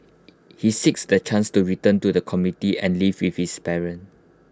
he seeks the chance to return to the community and live with his parents